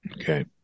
Okay